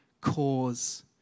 cause